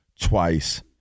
twice